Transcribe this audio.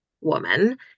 woman